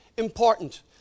important